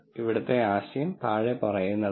ഇവിടുത്തെ ആശയം താഴെ പറയുന്നതാണ്